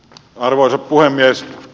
arvoisa puhemies